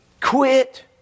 quit